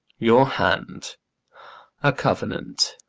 your hand a covenant!